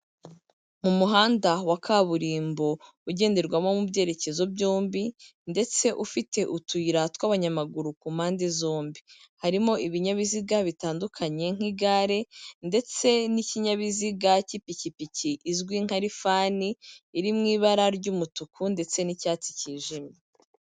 Mu muhanda wa kaburimbo ugenderwamo mu byerekezo byombi ndetse ufite utuyira tw'abanyamaguru ku mpande zombi harimo ibinyabiziga bitandukanye nk'igare ndetse n'ikinyabiziga cy'ipikipiki izwi nka rifani iri mu ibara ry'umutuku ndetse n'icyatsi cyijimye.